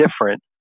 different